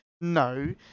No